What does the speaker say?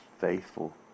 faithful